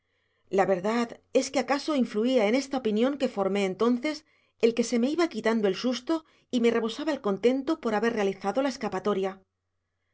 la verdad es que acaso influía en esta opinión que formé entonces el que se me iba quitando el susto y me rebosaba el contento por haber realizado la escapatoria